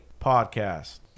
podcast